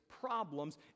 problems